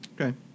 okay